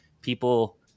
people